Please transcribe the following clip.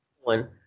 one